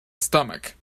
stomach